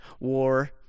war